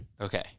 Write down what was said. Okay